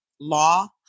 law